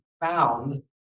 found